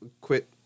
quit